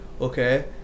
okay